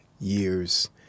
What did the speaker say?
years